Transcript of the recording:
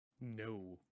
No